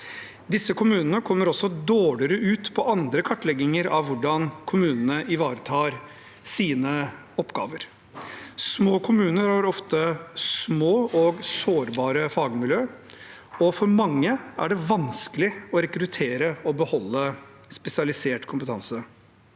Disse kommunene kommer også dårligere ut på andre kartlegginger av hvordan kommunene ivaretar sine oppgaver. Små kommuner har ofte små og sårbare fagmiljø, og for mange er det vanskelig å rekruttere og beholde spesialisert kompetanse.